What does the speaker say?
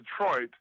Detroit